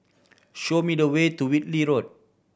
show me the way to Whitley Road